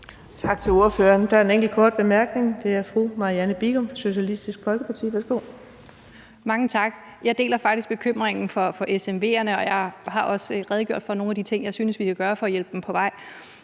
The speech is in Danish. Tak til ordføreren. Der er en enkelt kort bemærkning, og den er fra fru Marianne Bigum, Socialistisk Folkeparti. Værsgo. Kl. 09:24 Marianne Bigum (SF): Mange tak. Jeg deler faktisk bekymringen for SMV'erne, og jeg har også redegjort for nogle af de ting, jeg synes vi kan gøre for at hjælpe dem på vej.